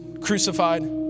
crucified